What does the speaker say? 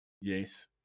yes